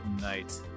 night